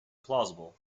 plausible